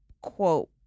quote